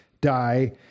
die